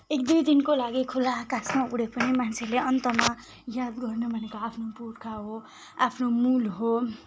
एक दुई दिनको लागि खुल्ला आकाशमा उडे पनि मान्छेले अन्तमा याद गर्ने भनेको आफ्नो पुर्खा हो आफ्नो मूल हो